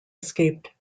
escaped